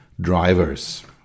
drivers